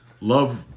love